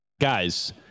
guys